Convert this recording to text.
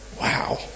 Wow